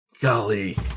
golly